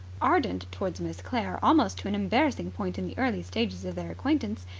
ardent towards miss sinclair almost to an embarrassing point in the early stages of their acquaintance,